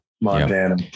Montana